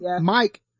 Mike